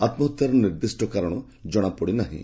ଆମ୍ହତ୍ୟାର ନିର୍ଦ୍ଧିଷ୍ କାରଣ ଜଣାପଡିନାହିଁ